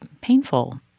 painful